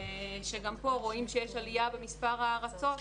שגם פה רואים שיש עלייה במספר ההרצות.